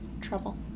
Trouble